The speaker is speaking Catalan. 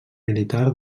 militar